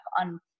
on